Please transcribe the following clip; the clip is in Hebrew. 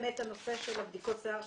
באמת הנושא של בדיקות השיער,